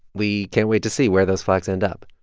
we can't wait to see where those flags end up.